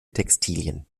textilien